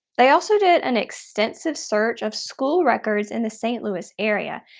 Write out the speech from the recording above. they also did an extensive search of school records in the st. louis area.